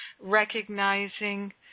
recognizing